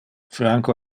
franco